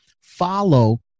follow